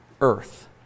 earth